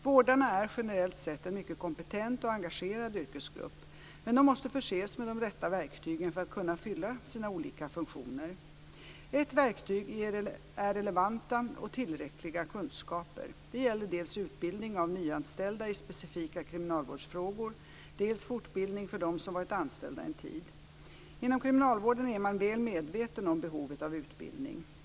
Vårdarna är generellt sett en mycket kompetent och engagerad yrkesgrupp. Men de måste förses med de rätta verktygen för att kunna fylla sina olika funktioner. Ett verktyg är relevanta och tillräckliga kunskaper. Det gäller dels utbildning av nyanställda i specifika kriminalvårdsfrågor, dels fortbildning för dem som varit anställda en tid. Inom kriminalvården är man väl medveten om behovet av utbildning.